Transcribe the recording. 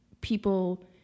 people